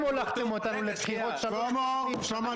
הולכתם אותנו לבחירות שלוש פעמים -- שלמה,